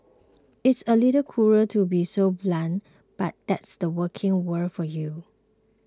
it's a little cruel to be so blunt but that's the working world for you